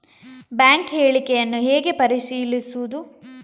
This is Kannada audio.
ಬ್ಯಾಂಕ್ ಹೇಳಿಕೆಯನ್ನು ಹೇಗೆ ಪರಿಶೀಲಿಸುವುದು?